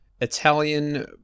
Italian